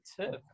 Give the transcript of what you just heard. tip